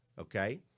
Okay